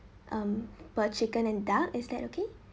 um about chicken and duck is that okay